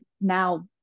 now